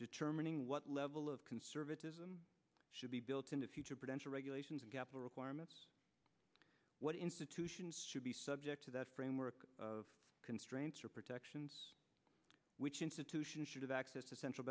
determining what level of conservatism should be built into future potential regulations and capital requirements what institutions should be subject to that framework of constraints or protections which institutions should have access to central